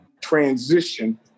transition